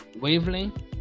wavelength